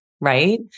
Right